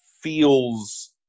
feels